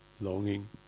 longing